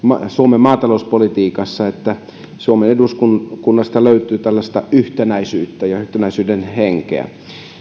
suomen maatalouspolitiikassa että suomen eduskunnasta löytyy tällaista yhtenäisyyttä ja yhtenäisyyden henkeä